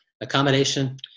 accommodation